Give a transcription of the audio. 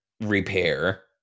repair